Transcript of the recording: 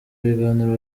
ibiganiro